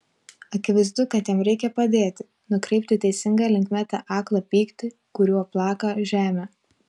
akivaizdu kad jam reikia padėti nukreipti teisinga linkme tą aklą pyktį kuriuo plaka žemę